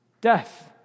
Death